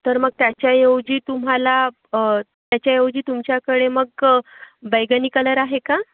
तर मग त्याच्याऐवजी तुम्हाला त्याच्याऐवजी तुमच्याकडे मक बैगनी कलर आहे का